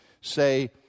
say